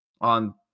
on